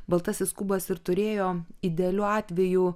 baltasis kubas ir turėjo idealiu atveju